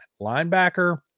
linebacker